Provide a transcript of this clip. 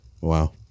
Wow